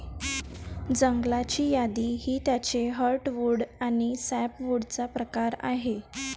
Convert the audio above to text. जंगलाची यादी ही त्याचे हर्टवुड आणि सॅपवुडचा प्रकार आहे